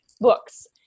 books